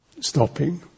stopping